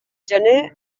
gener